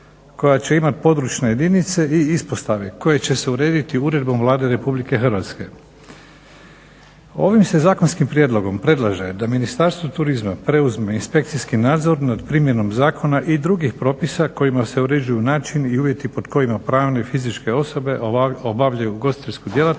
koja će imati područne jedinice i ispostave koje će se urediti uredbom Vlade RH. Ovim se zakonskim prijedlogom predlaže da Ministarstvo turizma preuzme inspekcijski nadzor nad primjenom zakona i drugih propisa kojima se uređuju načini i uvjeti pod kojima pravne i fizičke osobe obavljaju ugostiteljsku djelatnost